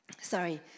sorry